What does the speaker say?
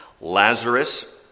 Lazarus